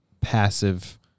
passive